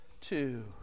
two